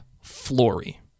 Flory